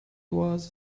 was